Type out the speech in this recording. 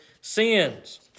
sins